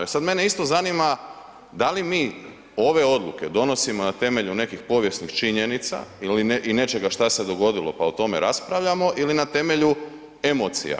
E sad mene isto zanima da li mi ove odluke donosimo na temelju nekih povijesnih činjenica i nečega šta se dogodilo pa o tome raspravljamo ili na temelju emocija.